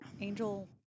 Angel